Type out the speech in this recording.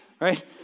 right